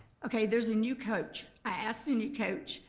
okay, there's a new coach. i asked the new coach,